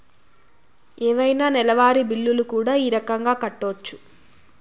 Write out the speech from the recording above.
ఏవైనా నెలవారి బిల్లులు కూడా ఈ రకంగా కట్టొచ్చు